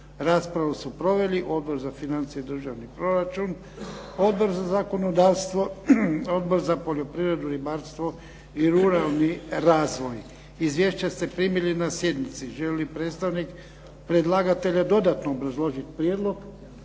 Raspravu su proveli Odbor za financije i državni proračun, Odbor za zakonodavstvo, Odbor za poljoprivredu, ribarstvo i ruralni razvoj. Izvješća ste primili na sjednici. Želi li predstavnik predlagatelja dodatno obrazložiti prijedlog?